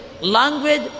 Language